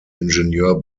ingenieur